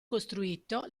costruito